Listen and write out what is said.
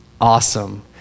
Awesome